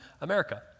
America